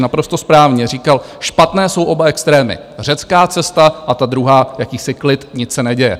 Naprosto správně říkal, špatné jsou oba extrémy, řecká cesta a ta druhá, jakýsi klid, nic se neděje.